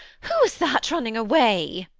who was that running away?